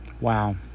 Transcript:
Wow